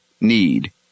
need